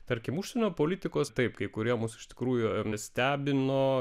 tarkim užsienio politikos taip kai kurie mus iš tikrųjų nestebino